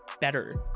better